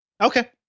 Okay